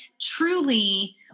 truly